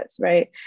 right